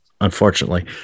unfortunately